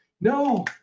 no